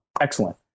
Excellent